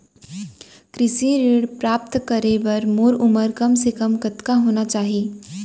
कृषि ऋण प्राप्त करे बर मोर उमर कम से कम कतका होना चाहि?